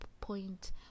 point